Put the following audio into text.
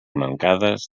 mancades